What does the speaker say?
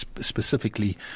specifically